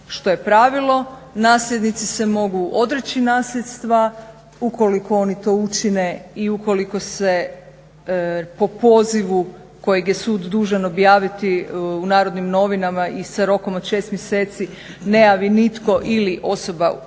što je pravilo. Nasljednici se mogu odreći nasljedstva. Ukoliko oni to učine i ukoliko se po pozivu kojeg je sud dužan objaviti u Narodnim novinama i sa rokom od šest mjeseci ne javi nitko ili osoba nema